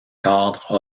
cadre